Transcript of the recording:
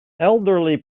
elderly